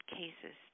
cases